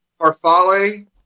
Farfalle